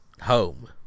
home